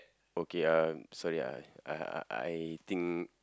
okay uh sorry ah I I I think